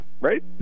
Right